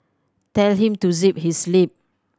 tell him to zip his lip